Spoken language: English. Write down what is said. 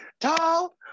Tall